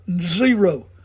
Zero